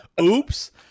oops